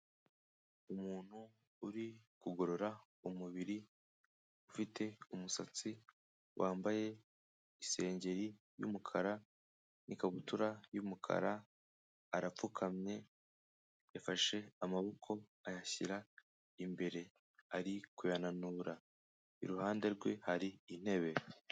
Umuntu uri kugorora umubiri, ufite umusatsi, wambaye isengeri y'umukara n'ikabutura y'umukara, arapfukamye, yafashe amaboko ayashyira imbere. Ari kuyananura. Iruhande rwe hari intebe.